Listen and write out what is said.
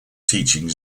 teaching